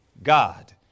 God